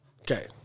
Okay